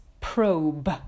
probe